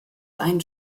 einen